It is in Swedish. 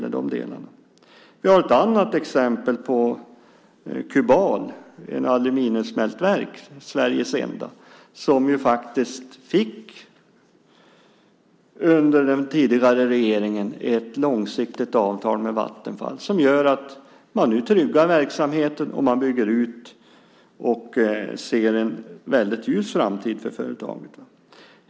Ett annat exempel är Kubal, Sveriges enda aluminiumsmältverk, som under den tidigare regeringen fick ett långsiktigt avtal med Vattenfall som gör att man nu kan trygga verksamheten, bygga ut och se en väldigt ljus framtid för företaget.